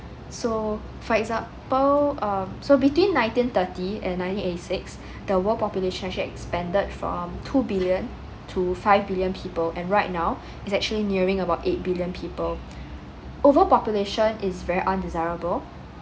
so for example um so between nineteen thirty and nineteen eighty six the world population actually expanded from two billion to five billion people and right now it's actually nearing about eight billion people overpopulation is very undesirable